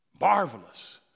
marvelous